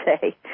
say